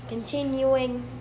Continuing